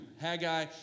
Haggai